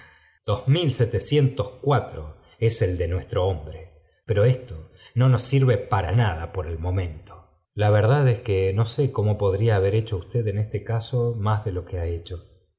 es el de nuestro honbre pero esto no nos sirve para nada por el momento la verdad ee que no sé cómo podría haber hecho usted en este caso más de lo que ha hecho